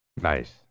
Nice